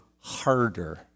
harder